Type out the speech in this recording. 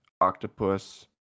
octopus